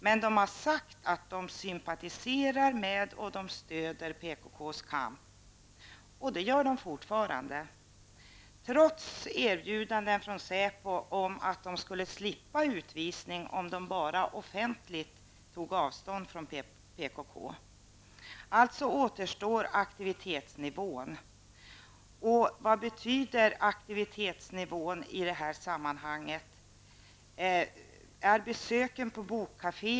Men de har sagt att de sympatiserar med och stöder PKKs kamp. Det gör de fortfarande, trots erbjudande från säpo om att de skulle slippa utvisning om de bara offentligt tog avstånd från PKK. Alltså återstår aktivitetsnivån. Vad betyder aktivitetsnivån i detta sammanhang?